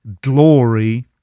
glory